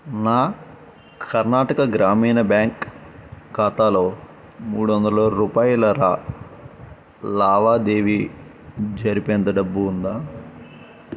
నా కర్ణాటక గ్రామీణ బ్యాంక్ ఖాతాలో మూడొందల రూపాయల లా లావాదేవీ జరిపేంత డబ్బు ఉందా